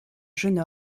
jeune